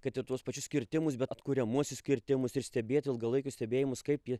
kad ir tuos pačius kirtimus bet atkuriamuosius kirtimus ir stebėt ilgalaikius stebėjimus kaip jie